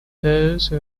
those